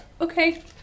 Okay